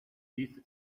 these